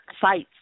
sites